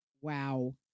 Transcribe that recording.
Wow